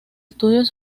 estudios